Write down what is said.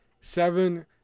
seven